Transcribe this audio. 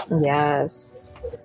Yes